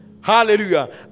Hallelujah